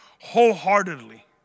wholeheartedly